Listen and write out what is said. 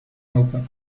یابد